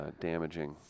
damaging